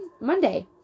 Monday